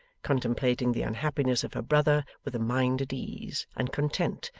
contemplating the unhappiness of her brother with a mind at ease, and content,